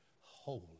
holy